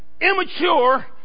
immature